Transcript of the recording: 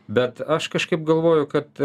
bet aš kažkaip galvoju kad